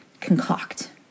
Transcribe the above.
concoct